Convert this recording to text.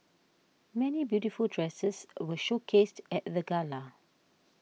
many beautiful dresses were showcased at the gala